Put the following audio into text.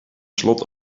slot